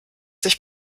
sich